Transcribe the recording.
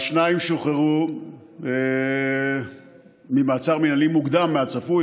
השניים שוחררו ממעצר מינהלי מוקדם מהצפוי.